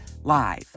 live